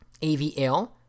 AVL